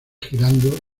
girando